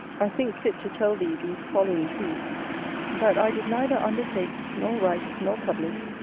i think fit to tell thee these following truths that i did neither undertake, nor write, nor publish,